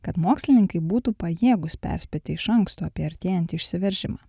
kad mokslininkai būtų pajėgūs perspėti iš anksto apie artėjantį išsiveržimą